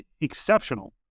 exceptional